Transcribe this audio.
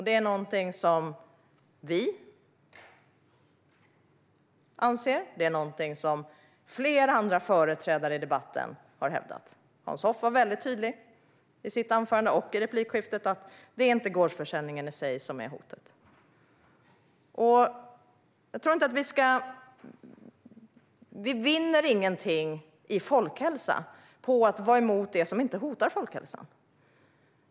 Det är något som vi anser. Det är något som flera andra företrädare i debatten har hävdat. Hans Hoff var väldigt tydlig i sitt anförande och i replikskiftet med att det inte är gårdsförsäljningen i sig som är hotet. Vi vinner ingenting i folkhälsa på att vara emot det som inte hotar folkhälsan.